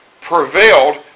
Prevailed